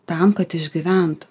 tam kad išgyventų